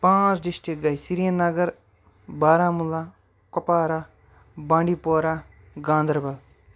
پانٛژھ ڈِسٹک گٔے Srinagar Baramulla Kupwara Bandipora Ganderbal